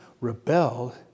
rebelled